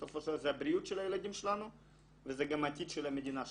בסופו של דבר זה הבריאות של הילדים שלנו וזה גם העתיד של המדינה שלנו,